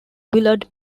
willard